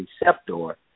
receptor